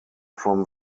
from